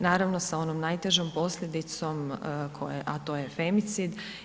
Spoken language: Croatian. Naravno sa onom najtežom posljedicom a to je femicid.